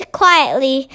quietly